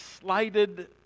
slighted